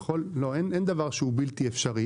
אין דבר שהוא בלתי אפשרי.